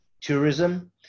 tourism